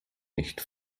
nicht